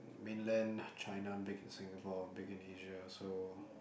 mainland of China big in Singapore big in Asia so